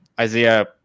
Isaiah